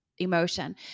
emotion